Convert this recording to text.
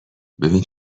ببین